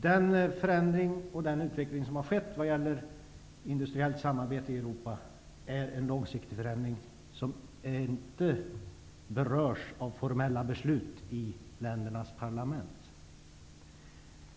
Den förändring, den utveckling, som har skett vad gäller industriellt samarbete i Europa är långsiktig och berörs inte av formella beslut i ländernas parlament.